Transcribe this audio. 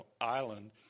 island